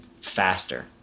faster